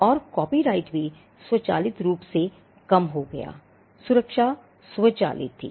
और कॉपीराइट भी स्वचालित रूप से कम हो गया सुरक्षा स्वचालित थी